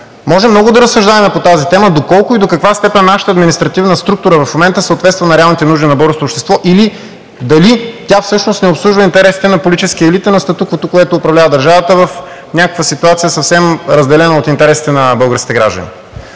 Можем много да разсъждаваме по тази тема: доколко и до каква степен нашата административна структура в момента съответства на реалните нужди на българското общество или дали тя всъщност не обслужва интересите на политическия елит и на статуквото, което управлява държавата в някаква ситуация, съвсем разделена от интересите на българските граждани,